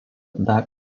dar